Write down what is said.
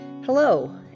Hello